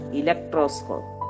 electroscope